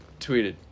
tweeted